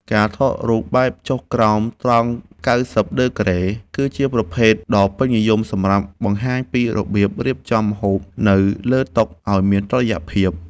ការថតរូបបែបចុះក្រោមត្រង់កៅសិបដឺក្រេ គឺជាប្រភេទដ៏ពេញនិយមសម្រាប់បង្ហាញពីរបៀបរៀបចំម្ហូបនៅលើតុឱ្យមានតុល្យភាព។